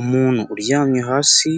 Umuntu uryamye hasi